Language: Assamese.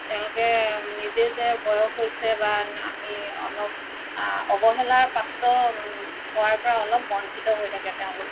তেওঁলোকে নিজে যে বয়স হৈছে বা আমি অলপ অৱহেলাৰ পাত্ৰ হোৱাৰ পৰা অলপ বঞ্চিত হৈ থাকে তেওঁলোক